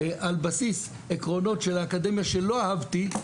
על בסיס עקרונות של האקדמיה שלא אהבתי,